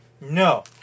No